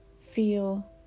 feel